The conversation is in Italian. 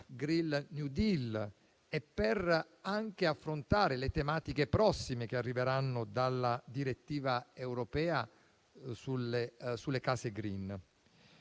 *green new deal*, anche per affrontare le tematiche prossime che arriveranno dalla direttiva europea sulle case *green*.